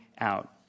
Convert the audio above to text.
out